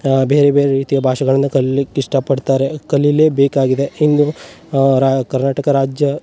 ಬೇರೆ ಬೇರೆ ರೀತಿಯ ಭಾಷೆಗಳನ್ನು ಕಲಿಲಿಕ್ಕೆ ಇಷ್ಟಪಡ್ತಾರೆ ಕಲೀಲೇ ಬೇಕಾಗಿದೆ ಇನ್ನು ರಾ ಕರ್ನಾಟಕ ರಾಜ್ಯ